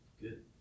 Good